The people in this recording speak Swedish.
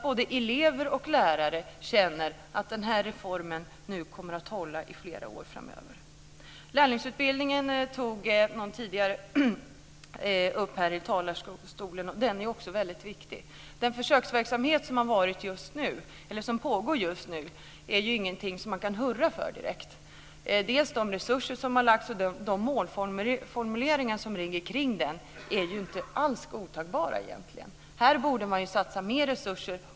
Både elever och lärare måste känna att reformen nu kommer att hålla i flera år framöver. Någon tidigare talare tog här i talarstolen upp frågan om lärlingsutbildningen. Den är också väldigt viktig. Den försöksverksamhet som pågår just nu är ingenting som man direkt kan hurra för. De resurser som har satsats och de målformuleringar som finns kring den är inte alls godtagbara. Här borde man satsa mer resurser.